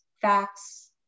facts